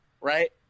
right